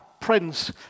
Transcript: prince